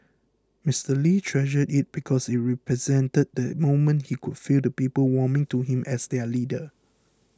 Mister Lee treasured it because it represented the moment he could feel the people warming to him as their leader